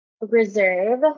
reserve